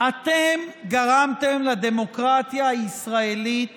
אתם גרמתם לדמוקרטיה הישראלית